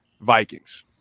Vikings